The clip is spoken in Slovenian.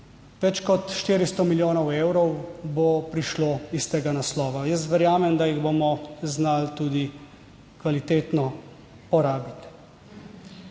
Več kot 400 milijonov evrov bo prišlo iz tega naslova, jaz verjamem, da jih bomo znali tudi kvalitetno porabiti.